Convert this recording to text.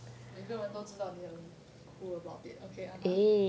每个人都知道你很 cool about it okay (uh huh)